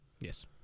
Yes